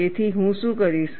તેથી હું શું કરીશ